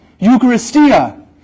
Eucharistia